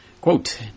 Quote